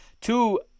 Two